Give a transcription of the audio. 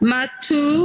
Matu